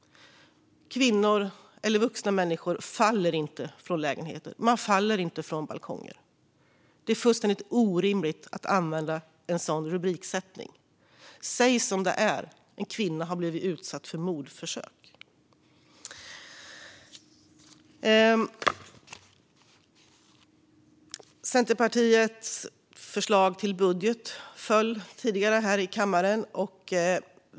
Vuxna människor faller inte från lägenheter. De faller inte från balkonger. Det är fullständigt orimligt att använda en sådan rubriksättning. Säg som det är: En kvinna har blivit utsatt för mordförsök. Centerpartiets förslag till budget föll tidigare här i kammaren.